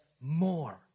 more